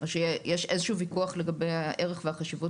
שיש איזשהו ויכוח לגבי הערך והחשיבות